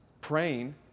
praying